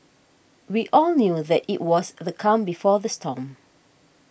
we all knew that it was the calm before the storm